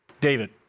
David